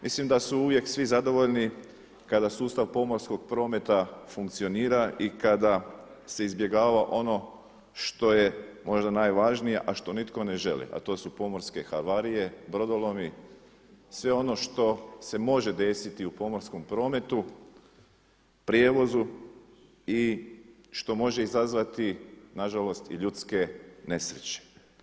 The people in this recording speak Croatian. Mislim da su uvijek svi zadovoljni kada sustav pomorskog prometa funkcionira i kada se izbjegava ono što je možda najvažnije, a što nitko ne želi, a to su pomorske havarije, brodolomi, sve ono što se može desiti u pomorskom prometu, prijevozu i što može izazvati na žalost i ljudske nesreće.